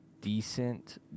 decent